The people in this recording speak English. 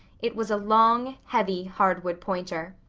it was a long, heavy hardwood pointer.